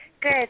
Good